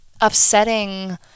upsetting